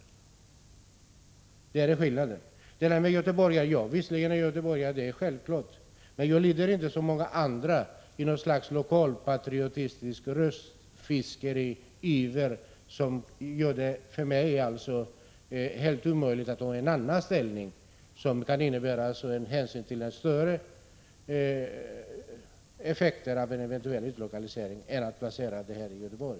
Ingrid Sundberg anser att jag som göteborgare borde ha en annan inställning. Jag är visserligen göteborgare, men jag lider inte, som många andra, av något slags lokalpatriotisk röstfiskeriiver, som gör det omöjligt för mig att inta en annan ståndpunkt, som kan innebära att man får större effekter av en eventuell utlokalisering av rikskanalen än om man förlade den till Göteborg.